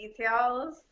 details